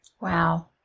Wow